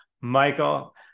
Michael